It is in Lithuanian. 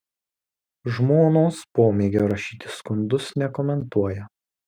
žmonos pomėgio rašyti skundus nekomentuoja